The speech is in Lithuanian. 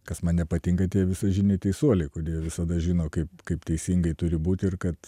kas man nepatinka tie visažiniai teisuoliai kurie visada žino kaip kaip teisingai turi būti ir kad